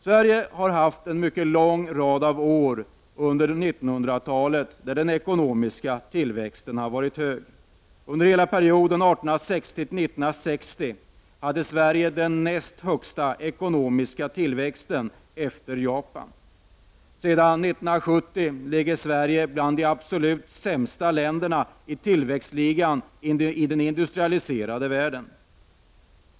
Sverige har haft en lång följd av år under 1900-talet då den ekonomiska tillväxten har varit hög. Under hela perioden 1860-1960 hade Sverige den näst högsta tillväxten efter Japan. Sedan 1970 ligger Sverige bland de absolut sämsta länderna i till växtligan i den industrialiserade världen.